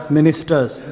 Ministers